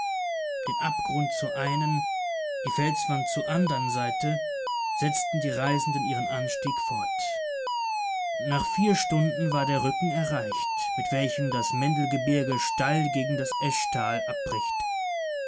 den abgrund zur einen die felswand zur andern seite setzten die reisenden ihren anstieg fort nach vier stunden war der rücken erreicht mit welchem das mendelgebirge steil gegen das etschtal abbricht